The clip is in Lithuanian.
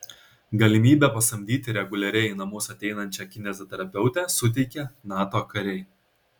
galimybę pasamdyti reguliariai į namus ateinančią kineziterapeutę suteikė nato kariai